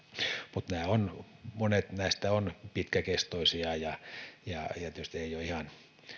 mutta monet näistä ovat pitkäkestoisia ja ja tietysti ei ole ihan